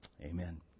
amen